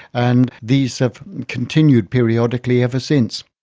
and these have continued periodically ever since.